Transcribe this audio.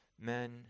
men